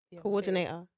Coordinator